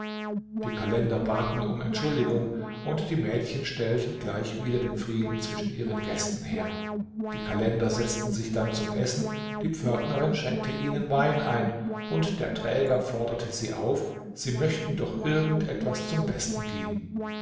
die kalender baten um entschuldigung und die mädchen stellten gleich wieder den frieden zwischen ihren gästen her die kalender setzten sich dann zum essen die pförtnerin schenkte ihnen wein ein und der träger forderte sie auf sie möchten doch irgend etwas zum besten geben